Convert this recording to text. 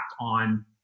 on